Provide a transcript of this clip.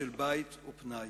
של בית ופנאי.